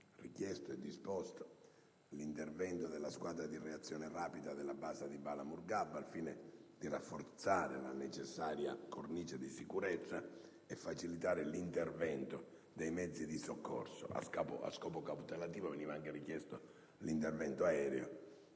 richiesto e disposto l'intervento della squadra di reazione rapida della base di Bala Mourghab, al fine di rafforzare la necessaria cornice di sicurezza e facilitare l'intervento dei mezzi di soccorso. A scopo cautelativo veniva anche richiesto il supporto aereo,